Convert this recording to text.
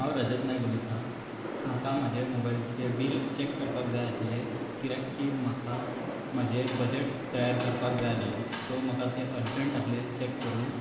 हांव रजत नायक उलयतां म्हाका म्हजे मोबायलचे बिल चॅक करपाक जाय आहले कित्याक की म्हाका म्हजे बजट तयार करपाक जाय आहले सो म्हाका ते अर्जंट आहले चॅक करूंक